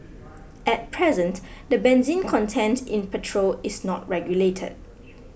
at present the benzene content in petrol is not regulated